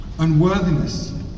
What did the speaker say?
Unworthiness